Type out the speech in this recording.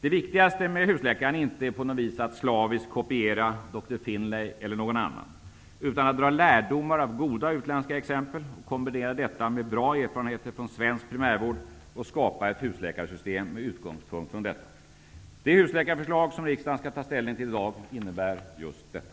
Det viktigaste med husläkaren är inte att kopiera doktor Finlay eller någon annan, utan att dra lärdomar av goda utländska exempel och kombinera detta med bra erfarenheter från svensk primärvård och skapa ett husläkarsystem med utgångspunkt från detta. Det husläkarförslag som riksdagen skall ta ställning till i dag innebär just detta!